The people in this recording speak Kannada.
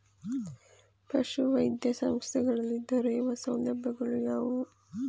ಪಶುವೈದ್ಯ ಸಂಸ್ಥೆಗಳಲ್ಲಿ ದೊರೆಯುವ ಸೌಲಭ್ಯಗಳು ಯಾವುವು?